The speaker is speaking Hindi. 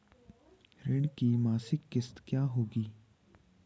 ऋण की मासिक किश्त क्या होगी?